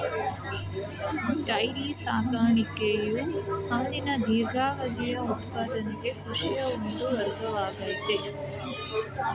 dairy ಸಾಕಾಣಿಕೆಯು ಹಾಲಿನ ದೀರ್ಘಾವಧಿಯ ಉತ್ಪಾದನೆಗೆ ಕೃಷಿಯ ಒಂದು ವರ್ಗವಾಗಯ್ತೆ